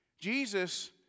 Jesus